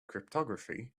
cryptography